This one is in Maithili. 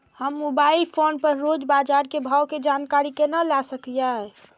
हम मोबाइल फोन पर रोज बाजार के भाव के जानकारी केना ले सकलिये?